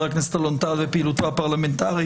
הכנסת אלון טל ופעילותו הפרלמנטרית,